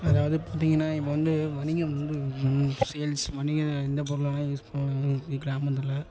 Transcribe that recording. அதாவது பார்த்திங்கனா இப்போ வந்து வணிகம் வந்து சேல்ஸ் வணிக எந்த பொருளை வேணாலும் யூஸ் பண்ணலாங்க எங்கள் கிராமத்தில்